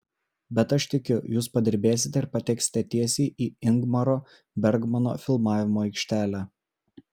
bet aš tikiu jūs padirbėsite ir pateksite tiesiai į ingmaro bergmano filmavimo aikštelę